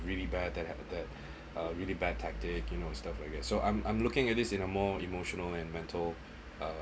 really bad that uh really bad tactic you know stuff like that so I'm I'm looking at this in a more emotional and mental uh